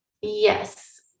Yes